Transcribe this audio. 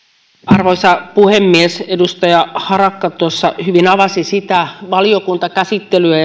arvoisa puhemies edustaja harakka tuossa hyvin avasi sitä valiokuntakäsittelyä